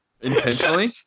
Intentionally